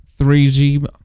3G